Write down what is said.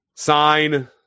Sign